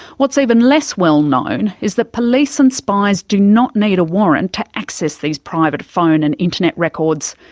what's even less well known is that police and spies do not need a warrant to access these private phone and internet records.